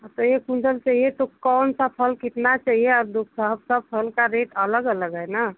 हाँ तो एक कुंटल चाहिए तो कौन सा फल कितना चाहिए साफ़ साफ़ फल का रेट अलग अलग है ना